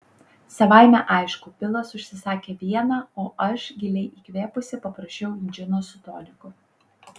savaime aišku bilas užsisakė vieną o aš giliai įkvėpusi paprašiau džino su toniku